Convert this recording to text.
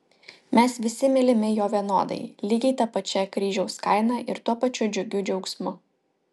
mes visi mylimi jo vienodai lygiai ta pačia kryžiaus kaina ir tuo pačiu džiugiu džiaugsmu